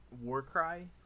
Warcry